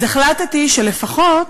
אז החלטתי שלפחות